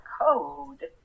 code